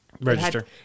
register